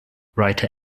writer